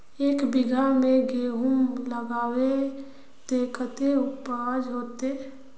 एक बिगहा में गेहूम लगाइबे ते कते उपज होते?